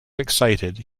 excited